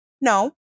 No